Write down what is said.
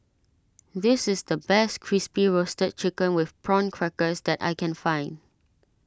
this is the best Crispy Roasted Chicken with Prawn Crackers that I can find